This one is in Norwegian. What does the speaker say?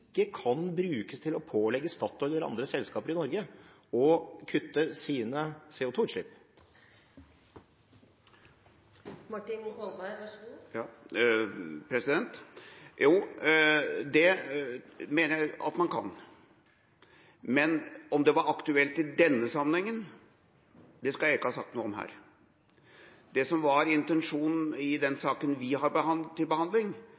ikke kan brukes til å pålegge Statoil eller andre selskaper i Norge å kutte sine CO2-utslipp. Jo, det mener jeg at man kan. Men om det var aktuelt i denne sammenhengen, skal jeg ikke ha sagt noe om her. Det som var intensjonen i den saka vi har til behandling,